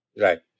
Right